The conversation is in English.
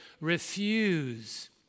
Refuse